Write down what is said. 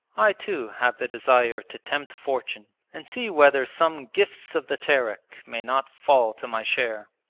i too have the desire to tempt fortune and see whether some gifts of the terek may not fall to my share.